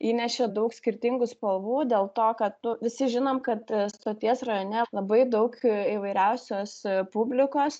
įnešė daug skirtingų spalvų dėl to kad nu visi žinom kad stoties rajone labai daug įvairiausios publikos